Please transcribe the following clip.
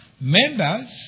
members